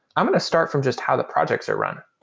i'm going to start from just how the projects are run.